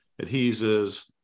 adhesives